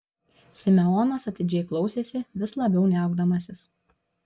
simeonas atidžiai klausėsi vis labiau niaukdamasis